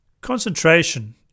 Concentration